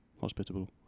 hospitable